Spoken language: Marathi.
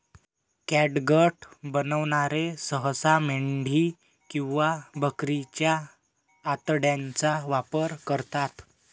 कॅटगट बनवणारे सहसा मेंढी किंवा बकरीच्या आतड्यांचा वापर करतात